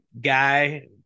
guy